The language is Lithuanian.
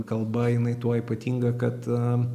kalba jinai tuo ypatinga kad